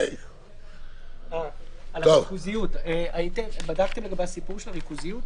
לגבי הריכוזיות, בדקתם לגבי הסיפור של הריכוזיות?